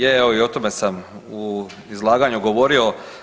Je, evo i o tome sam u izlaganju govorio.